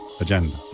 agenda